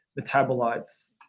metabolites